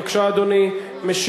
בבקשה, אדוני.